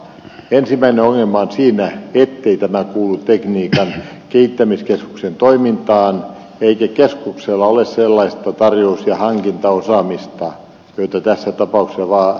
ensimmäinen ongelma on siinä ettei tämä kuulu tekniikan kehittämiskeskuksen toimintaan eikä keskuksella ole sellaista tarjous ja hankintaosaamista jota tässä tapauksessa vaaditaan